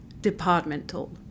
Departmental